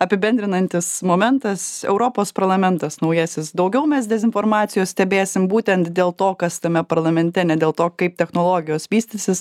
apibendrinantis momentas europos parlamentas naujasis daugiau mes dezinformacijos stebėsim būtent dėl to kas tame parlamente ne dėl to kaip technologijos vystysis